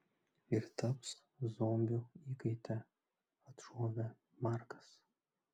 ir taps zombių įkaite atšovė markas